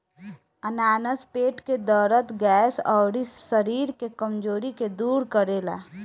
अनानास पेट के दरद, गैस, अउरी शरीर के कमज़ोरी के दूर करेला